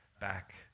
back